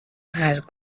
had